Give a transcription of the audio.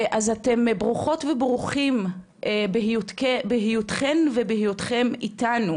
אז ברוכות וברוכים בהיותכן ובהיותכם איתנו